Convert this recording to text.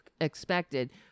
expected